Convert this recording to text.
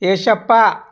Yeshappa